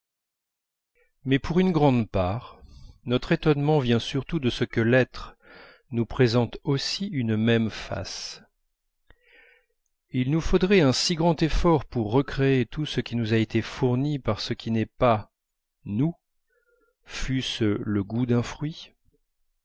mais pour une grande part notre étonnement vient surtout de ce que l'être nous présente aussi une même face il nous faudrait un si grand effort pour recréer tout ce qui nous a été fourni par ce qui n'est pas nous fût-ce le goût d'un fruit